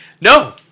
No